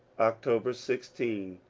october sixteen,